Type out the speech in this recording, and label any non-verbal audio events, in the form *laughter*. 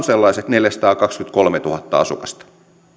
*unintelligible* sellaiset neljäsataakaksikymmentäkolmetuhatta asukasta